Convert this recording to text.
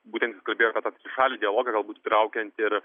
būtent kalbėjo kad trišalį dialogą galbūt įtraukiant ir